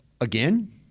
again